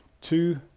two